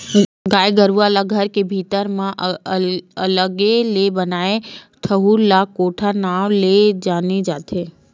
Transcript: गाय गरुवा ला घर के भीतरी म अलगे ले बनाए ठउर ला कोठा नांव ले जाने जाथे